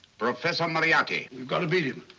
professor moriarity. you've got to beat him.